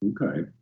Okay